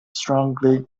strongly